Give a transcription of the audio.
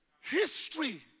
History